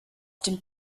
dem